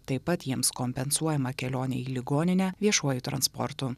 taip pat jiems kompensuojama kelionė į ligoninę viešuoju transportu